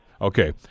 Okay